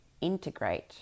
integrate